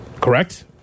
correct